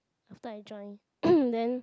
after I join then